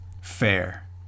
fair